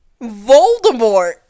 Voldemort